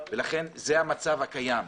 ולכן זה המצב הקיים.